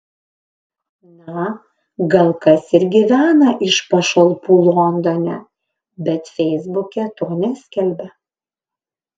na gal kas ir gyvena iš pašalpų londone bet feisbuke to neskelbia